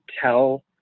tell